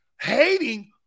Hating